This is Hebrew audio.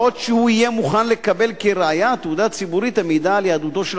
בעוד שהוא יהיה מוכן לקבל כראיה תעודה ציבורית המעידה על יהדותו של